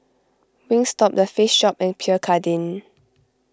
Wingstop the Face Shop and Pierre Cardin